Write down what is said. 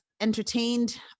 entertained